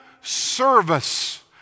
service